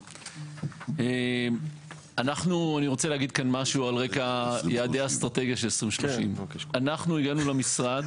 אני רוצה להגיד משהו על רקע יעדי האסטרטגיה של 2030. אנחנו הגענו למשרד